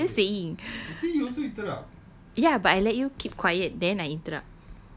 no I'm just saying ya but I let you keep quiet then I interrupt